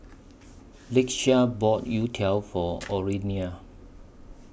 Lakeshia bought Youtiao For Orelia